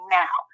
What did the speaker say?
now